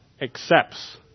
accepts